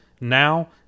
now